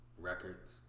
records